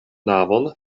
navon